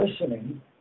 listening